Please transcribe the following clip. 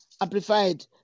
amplified